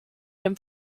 dem